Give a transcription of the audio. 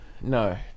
no